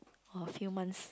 or a few months